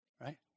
right